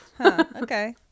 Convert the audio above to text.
okay